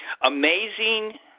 amazing